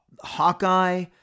Hawkeye